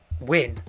win